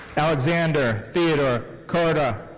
alexander theodore cota.